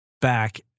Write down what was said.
back